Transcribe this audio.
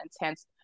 intense